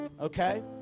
okay